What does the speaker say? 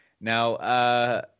now